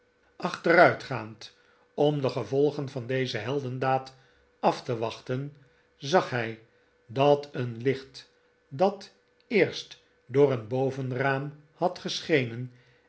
achteruitgaand om de gevolgen van deze heldendaad af te wachten zag hij dat een licht dat eerst door een bovenraam had geschenen